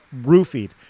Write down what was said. roofied